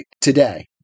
today